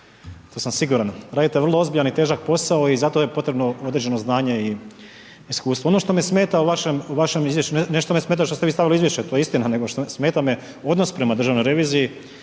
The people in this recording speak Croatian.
to sam siguran, radite vrlo ozbiljan i težak posao i zato je potrebno određeno znanje i iskustvo. Ono što me smeta u vašem izvješću, ne što me smeta što ste vi stavili u izvješće, to je istina, nego smeta me odnos prema Državnoj reviziji,